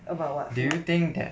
about what